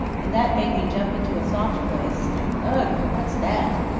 and that made me jump into a soft place, and ugh! what's that?